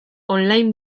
online